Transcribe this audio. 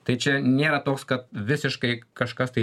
tai čia nėra toks kad visiškai kažkas tai